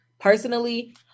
personally